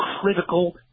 critical